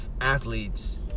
athletes